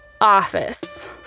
office